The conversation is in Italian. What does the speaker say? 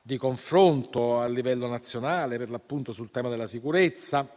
di confronto a livello nazionale sul tema della sicurezza.